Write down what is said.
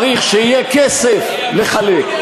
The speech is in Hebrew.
צריך שיהיה כסף לחלק.